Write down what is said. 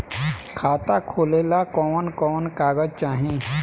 खाता खोलेला कवन कवन कागज चाहीं?